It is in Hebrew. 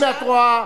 הנה, את רואה?